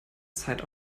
zeit